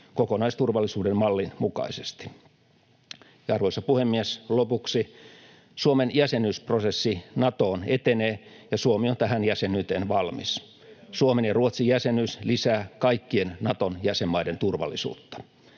kokonaisturvallisuuden mallin mukaisesti. Arvoisa puhemies! Lopuksi: Suomen jäsenyysprosessi Natoon etenee, ja Suomi on tähän jäsenyyteen valmis. Suomen ja Ruotsin jäsenyys lisää kaikkien Naton jäsenmaiden turvallisuutta.